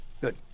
Good